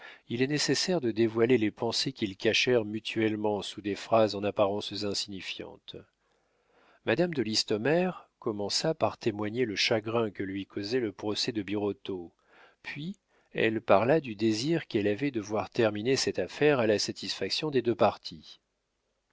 il est nécessaire de dévoiler les pensées qu'ils cachèrent mutuellement sous des phrases en apparence insignifiantes madame de listomère commença par témoigner le chagrin que lui causait le procès de birotteau puis elle parla du désir qu'elle avait de voir terminer cette affaire à la satisfaction des deux parties